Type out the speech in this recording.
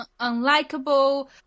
unlikable